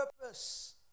purpose